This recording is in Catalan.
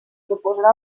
proposarà